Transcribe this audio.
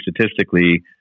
statistically